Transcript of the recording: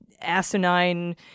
asinine